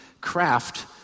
craft